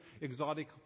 exotic